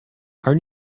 our